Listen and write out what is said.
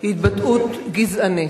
היא התבטאות גזענית,